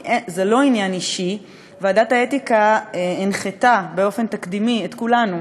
כי זה לא עניין אישי: ועדת האתיקה הנחתה באופן תקדימי את כולנו,